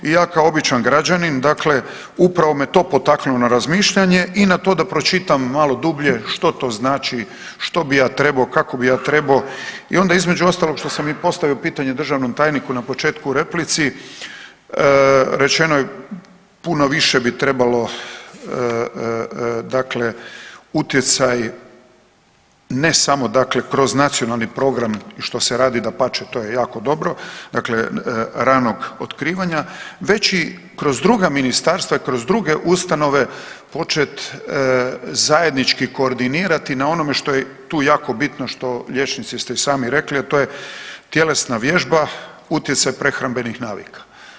I ja kao običan građanin, dakle upravo me to potaknulo na razmišljanje i na to da pročitam malo dublje što to znači, što bi ja trebao, kako bi ja trebao i onda između ostalog što sam i postavio pitanje državnog tajniku na početku u replici, rečeno je puno više bi trebalo dakle utjecaj ne samo dakle kroz nacionalni program, što se radi dapače to je jako dobro, dakle ranog otkrivanja već i kroz druga ministarstva i kroz druge ustanove počet zajednički koordinirati na onome što je tu jako bitno što liječnici ste i sami rekli, a to je tjelesna vježba, utjecaj prehrambenih navika.